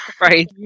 Right